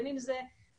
בין אם זה הקשישים,